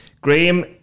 graham